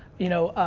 you know,